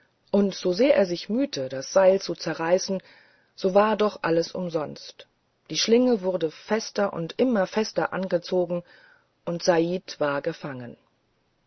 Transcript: und so sehr er sich mühte das seil zu zerreißen so war doch alles umsonst die schlinge wurde fester und immer fester angezogen und said war gefangen